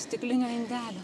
stiklinio indelio